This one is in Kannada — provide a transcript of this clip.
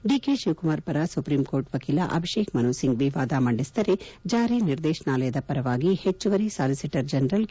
ಡಿಕೆ ಶಿವಕುಮಾರ್ ಪರ ಸುಪ್ರೀಂಕೋರ್ಟ್ ವಕೀಲ ಅಭಿಷೇಕ್ ಮನು ಸಿಂಫ್ಟಿ ವಾದ ಮಂಡಿಸಿದರೆ ಜಾರಿ ನಿರ್ದೇಶನಾಲಯದ ಪರವಾಗಿ ಹೆಚ್ಚುವರಿ ಸಾಲಿಸಿಟರಿ ಜನರಲ್ ಕೆ